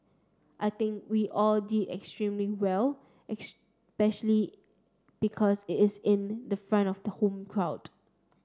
I think we all did extremely well especially because it's in front of the home crowd